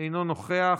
אינו נוכח,